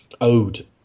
owed